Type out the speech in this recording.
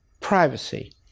privacy